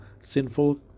sinful